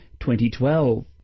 2012